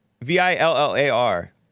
V-I-L-L-A-R